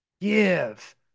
give